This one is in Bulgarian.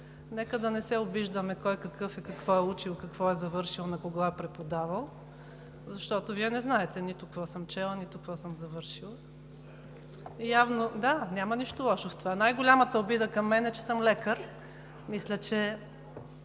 нека да не се обиждаме кой какъв е, какво е учил, какво е завършил, на кого е преподавал, защото Вие не знаете нито какво съм чела, нито какво съм завършила. (Реплики.) Да, няма нищо лошо в това. Най-голямата обида към мен е, че съм лекар. Мисля, че